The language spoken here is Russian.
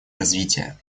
развития